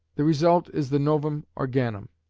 the result is the novum organum.